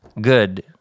good